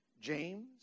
James